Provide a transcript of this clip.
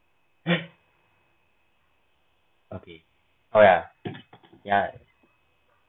okay oh ya ya